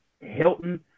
Hilton